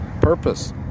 purpose